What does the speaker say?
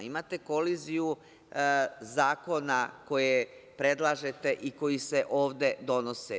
Imate koliziju zakona koje predlažete i koji se ovde donose.